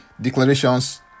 declarations